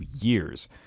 years